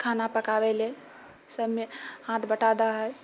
खाना पकाबै ले सबमे हाथ बटाबै हय